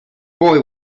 boy